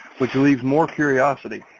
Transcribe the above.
would you leave more curiosity?